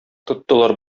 тоттылар